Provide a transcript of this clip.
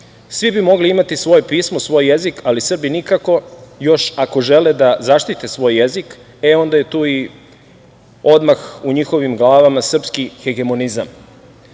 Svi bi mogli imati svoje pismo, svoj jezik, ali Srbi nikako, još ako žele da zaštite svoj jezik, onda je tu i odmah u njihovim glavama srpski hegemonizam. Često